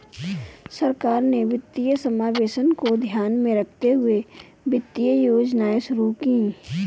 सरकार ने वित्तीय समावेशन को ध्यान में रखते हुए वित्तीय योजनाएं शुरू कीं